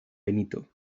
benito